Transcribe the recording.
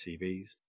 CVs